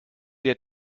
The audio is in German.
der